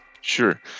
Sure